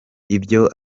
ibyo